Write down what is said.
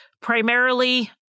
primarily